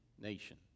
nation